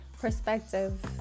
perspective